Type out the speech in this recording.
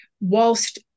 whilst